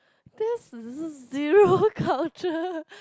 that's ze~ zero culture